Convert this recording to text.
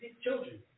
children